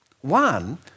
One